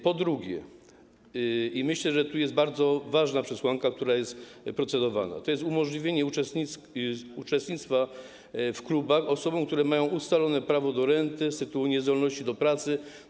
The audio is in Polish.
Po drugie, i myślę, że jest to bardzo ważna przesłanka, która jest procedowana, to umożliwienie uczestnictwa w klubach osobom, które mają ustalone prawo do renty z tytułu niezdolności do pracy.